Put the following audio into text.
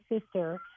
sister